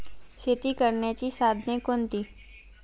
शेती करण्याची साधने कोणती?